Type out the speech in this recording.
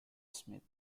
smith